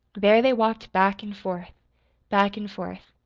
there they walked back and forth, back and forth.